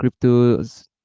cryptos